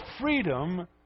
freedom